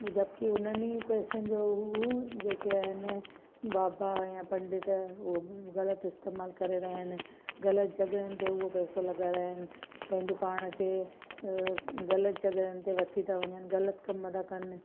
जब की उन्हनि ई पैसनि जो हू ऊ जेके आहिनि बाबा या पंडित उहो बि ग़लति इस्तेमालु करे रहिया आहिनि ग़लति जॻहियुनि ते उहो पैसा लॻाराइनि पंहिंजो पाण खे ग़लति जॻहियुनि ते वठी था वञनि ग़लति कमु था कनि